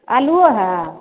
आलुओ हइ